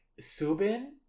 Subin